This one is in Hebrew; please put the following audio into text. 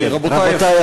רבותי השרים.